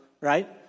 Right